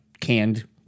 canned